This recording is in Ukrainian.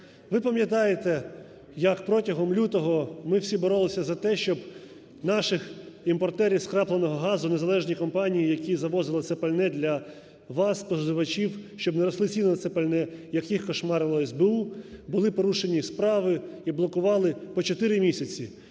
Ви пам'ятаєте, як протягом лютого ми всі боролися за те, щоб наших імпортерів скрапленого газу, незалежні компанії, які завозили це пальне для вас, споживачів, щоб не росли ціни на це пальне, як їх "кошмарило" СБУ, були порушені справи і блокували по 4 місяці.